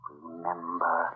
Remember